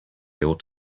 ought